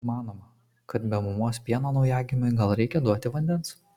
manoma kad be mamos pieno naujagimiui gal reikia duoti vandens